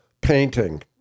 painting